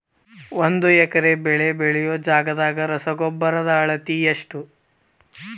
ಒಂದ್ ಎಕರೆ ಬೆಳೆ ಬೆಳಿಯೋ ಜಗದಾಗ ರಸಗೊಬ್ಬರದ ಅಳತಿ ಎಷ್ಟು?